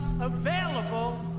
available